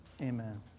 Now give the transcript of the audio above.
Amen